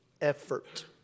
effort